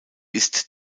ist